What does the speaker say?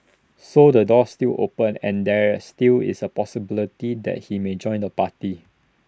so the door's still open and there still is A possibility that he may join the party